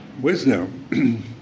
wisdom